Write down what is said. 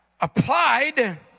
applied